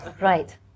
right